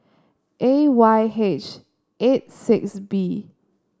A Y H eight six B